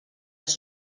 els